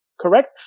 Correct